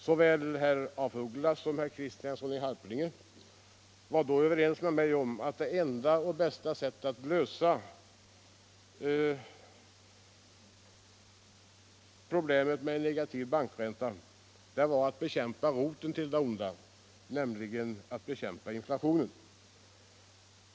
Såväl herr af Ugglas som herr Kristiansson var då överens med mig om att det enda sättet att lösa problemet med negativ bankränta var att bekämpa roten till det onda, nämligen inflationen.